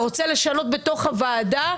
אתה רוצה לשנות בתוך הוועדה,